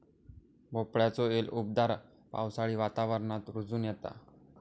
भोपळ्याचो येल उबदार पावसाळी वातावरणात रुजोन येता